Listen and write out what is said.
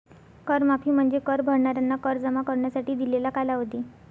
कर माफी म्हणजे कर भरणाऱ्यांना कर जमा करण्यासाठी दिलेला कालावधी